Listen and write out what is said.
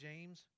James